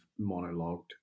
monologued